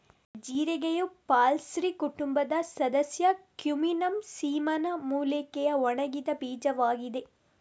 ಜೀರಿಗೆಯು parsley ಕುಟುಂಬದ ಸದಸ್ಯ Cuminum cyminum ಮೂಲಿಕೆಯ ಒಣಗಿದ ಬೀಜವಾಗಿದೆ